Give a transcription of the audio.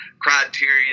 criteria